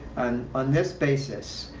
on this basis,